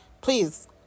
Please